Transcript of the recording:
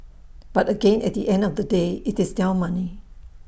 but again at the end of the day IT is their money